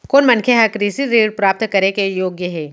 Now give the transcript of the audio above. कोन मनखे ह कृषि ऋण प्राप्त करे के योग्य हे?